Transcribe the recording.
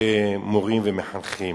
כלפי מורים ומחנכים.